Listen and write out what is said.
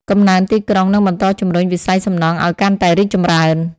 កំណើនទីក្រុងនឹងបន្តជំរុញវិស័យសំណង់ឱ្យកាន់តែរីកចម្រើន។